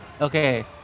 Okay